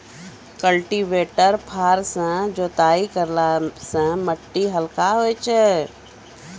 cultivator फार सँ जोताई करला सें मिट्टी हल्का होय जाय छै